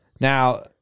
Now